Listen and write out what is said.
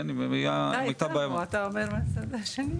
כן, אם הייתה אתה מהצד השני?